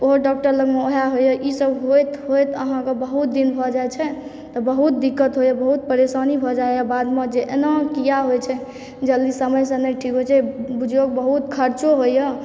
उहो डॉक्टर लग उहै होइए इसब होयत होयत अहाँके बहुत दिन भऽ जाइ छै तऽ बहुत दिक्कत होइ यऽ बहुत परेशानी भऽ जाइए बादमे जे एना किया होइ छै जल्दी समयसँ नहि ठीक होइ छै बुझियो बहुत खर्चो होइए